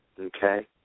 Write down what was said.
okay